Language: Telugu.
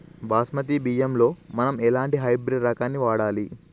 బాస్మతి బియ్యంలో మనం ఎలాంటి హైబ్రిడ్ రకం ని వాడాలి?